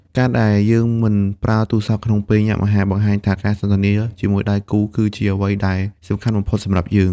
ការដែលយើងមិនប្រើទូរស័ព្ទក្នុងពេលញ៉ាំអាហារ បង្ហាញថាការសន្ទនាជាមួយដៃគូគឺជាអ្វីដែលសំខាន់បំផុតសម្រាប់យើង។